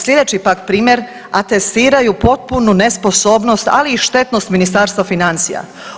Sljedeći pak primjer atestiraju potpunu nesposobnost ali i štetnost Ministarstva financija.